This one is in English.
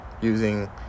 using